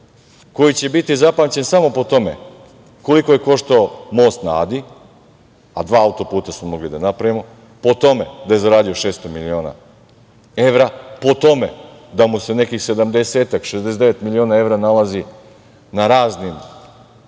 koji će biti zapamćen samo po tome koliko je koštao Most na Adi, a dva auto-puta smo mogli da napravimo, po tome da je zaradio 600 miliona evra, po tome da mu se nekih 70-ak, 69 miliona evra nalazi na raznim